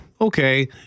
Okay